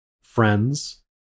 friends